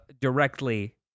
directly